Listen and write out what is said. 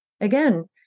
again